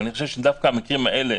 אבל אני חושב שדווקא המקרים האלה